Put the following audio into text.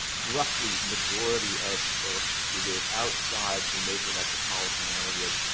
roughly majority of turks who live outside the major metropolitan areas,